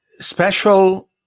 special